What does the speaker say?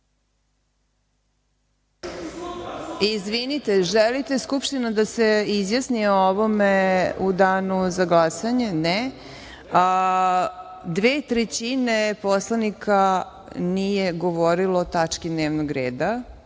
Izvinite, želite li da se Skupština izjasni o ovome u danu za glasanje? (Ne)Dve trećine poslanika nije govorilo o tački dnevnog reda.